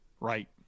Right